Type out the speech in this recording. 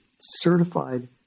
certified